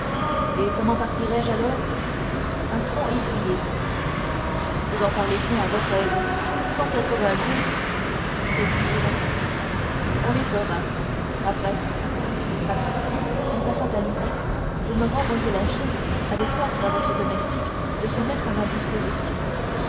et comment partirai je alors à franc étrier vous en parlez bien à votre aise cent quatre-vingts lieues qu'est-ce que cela on les fera après après en passant à lillers vous me renvoyez la chaise avec ordre à votre domestique de se mettre à ma disposition